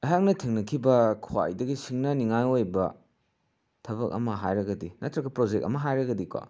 ꯑꯩꯍꯥꯛꯅ ꯊꯦꯡꯅꯈꯤꯕ ꯈ꯭ꯋꯥꯏꯗꯒꯤ ꯁꯤꯡꯅꯅꯤꯡꯉꯥꯏ ꯑꯣꯏꯕ ꯊꯕꯛ ꯑꯃ ꯍꯥꯏꯔꯒꯗꯤ ꯅꯠꯇ꯭ꯔꯒ ꯄ꯭ꯔꯣꯖꯦꯛ ꯑꯃ ꯍꯥꯏꯔꯒꯗꯤꯀꯣ